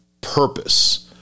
purpose